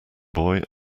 boy